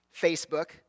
Facebook